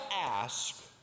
ask